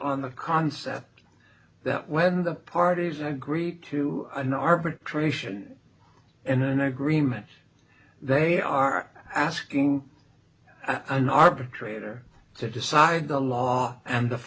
on the concept that when the parties agree to an arbitration in an agreement they are asking i'm arbitrator to decide the law and the